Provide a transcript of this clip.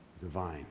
divine